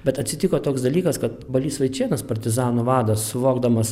bet atsitiko toks dalykas kad balys vaičėnas partizanų vadas suvokdamas